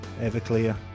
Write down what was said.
Everclear